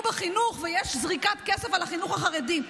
בחינוך ויש זריקת כסף על החינוך החרדי.